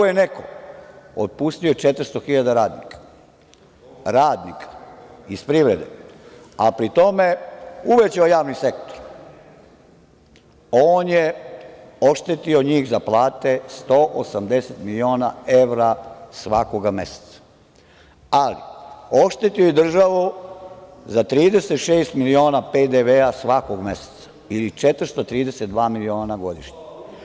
Ako je neko otpustio 400.000 radnika iz privrede, a pri tome uvećao javni sektor, on je oštetio njih za plate 180.000.000 evra svakog meseca, ali oštetio je i državu za 36.000.000 PDV-a svakog meseca, ili 432.000.000 godišnje.